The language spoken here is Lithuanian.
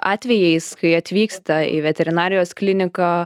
atvejais kai atvyksta į veterinarijos kliniką